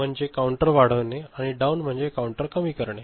तर अप म्हणजे काउंटर वाढविणे आणि डाउन म्हणजे काउंटर कमी करणे